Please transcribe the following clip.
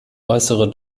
äußere